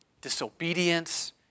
disobedience